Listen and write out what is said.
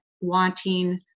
wanting